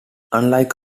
unlike